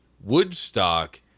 Woodstock